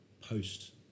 post